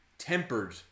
Tempered